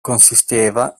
consisteva